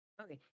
Okay